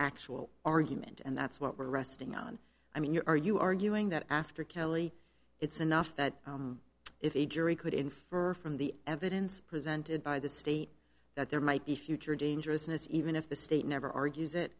actual argument and that's what we're resting on i mean you're are you arguing that after kelly it's enough that if the jury could infer from the evidence presented by the state that there might be future dangerousness even if the state never argues it that